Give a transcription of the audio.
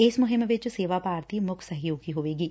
ਇਸ ਮੁਹਿੰਮ ਵਿਚ ਸੇਵਾ ਭਾਰਤੀ ਦਾ ਸਹਿਯੋਗੀ ਹੋਵੇਗੀ